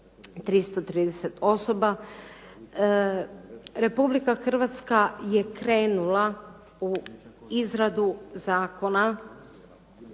330 osoba. Republika Hrvatska je krenula u izradu Zakona